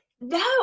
No